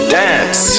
dance